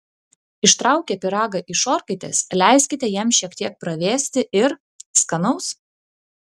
ištraukę pyragą iš orkaitės leiskite jam šiek tiek pravėsti ir skanaus